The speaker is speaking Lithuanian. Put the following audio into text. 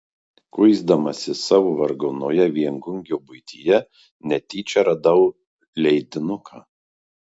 kuisdamasis savo varganoje viengungio buityje netyčia radau leidinuką